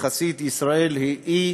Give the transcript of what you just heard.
יחסית ישראל היא אי